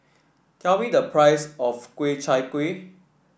tell me the price of Ku Chai Kuih